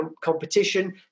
competition